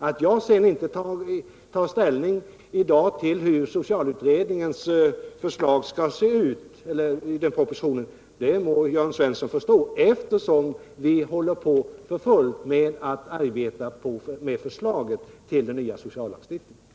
Att jag i dag inte tar ställning till hur propositionen i anledning av socialutredningens förslag skall se ut må Jörn Svensson förstå, eftersom vi arbetar för fullt med förslaget till den nya sociallagstiftningen.